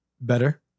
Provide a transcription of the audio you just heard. better